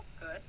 good